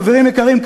חברים יקרים,